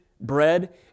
bread